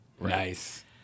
Nice